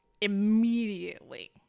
immediately